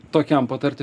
tokiam patarti